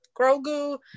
Grogu